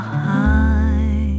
high